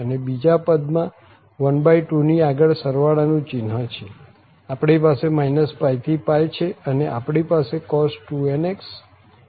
અને બીજા પદમાં 12 ની આગળ સરવાળાનું ચિન્હ છે આપણી પાસે -π થી છે અને આપણી પાસે cos 2nx અને dx છે